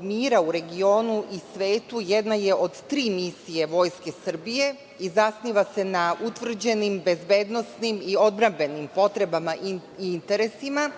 mira u regionu i svetu jedna je od tri misije Vojske Srbije i zasniva se na utvrđenim, bezbednosnim i odbrambenim potrebama i interesima,